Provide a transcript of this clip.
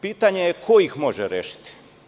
Pitanje ko ih može rešiti?